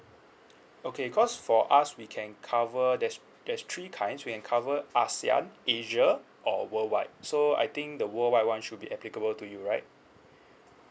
okay cause for us we can cover there's there's three kinds we can cover ASEAN asia or worldwide so I think the worldwide one should be applicable to you right